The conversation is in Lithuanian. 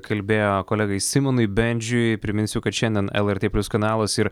kalbėjo kolegai simonui bendžiui priminsiu kad šiandien lrt plius kanalas ir